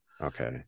okay